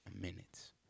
minutes